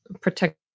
protect